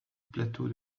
plateau